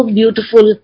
beautiful